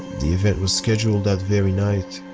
the event was scheduled that very night,